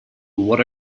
what